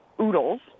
oodles